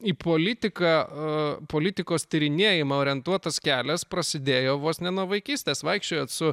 į politiką politikos tyrinėjimą orientuotas kelias prasidėjo vos ne nuo vaikystės vaikščiojot su